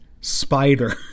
spider